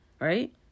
right